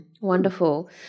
Wonderful